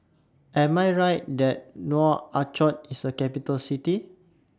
Am I Right that Nouakchott IS A Capital City